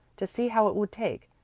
to see how it would take.